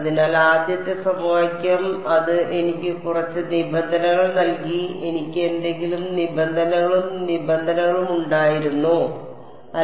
അതിനാൽ ആദ്യത്തെ സമവാക്യം അത് എനിക്ക് കുറച്ച് നിബന്ധനകൾ നൽകി എനിക്ക് എന്തെങ്കിലും നിബന്ധനകളും നിബന്ധനകളും ഉണ്ടായിരുന്നോ